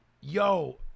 Yo